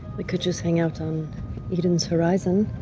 we could just hang out on eden's horizon.